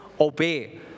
obey